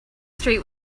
street